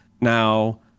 Now